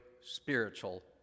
spiritual